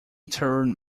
turn